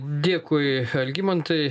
dėkui algimantai